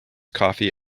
coffee